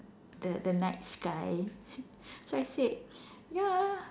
the the night sky so I said ya